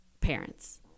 parents